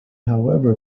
however